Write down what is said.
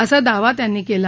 असा दावा त्यांनी केला